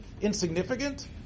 insignificant